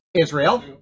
Israel